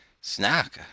Snack